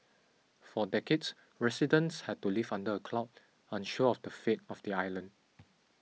for decades residents had to live under a cloud unsure of the fate of the island